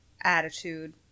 attitude